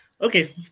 okay